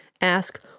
ask